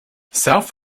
self